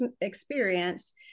experience